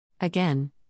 Again